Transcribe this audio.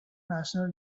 national